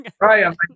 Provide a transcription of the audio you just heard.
Right